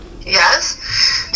Yes